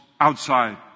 outside